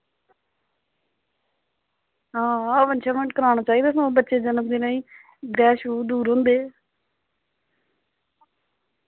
हां हवन शवन कराना चाहिदा सगुआं बच्चे दे जनम दिनै ग्रैह शु दूर होंदे